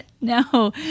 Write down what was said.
No